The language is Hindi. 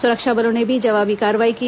सुरक्षा बलों ने भी जवाबी कार्यवाही की